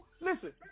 listen